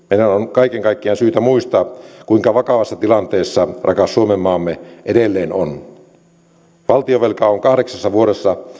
kaiken kaikkiaan syytä muistaa kuinka vakavassa tilanteessa rakas suomenmaamme edelleen on valtionvelka on kahdeksassa vuodessa